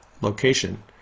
location